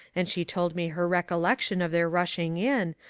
and she told me her recollection of their rushing in,